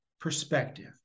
perspective